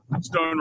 stone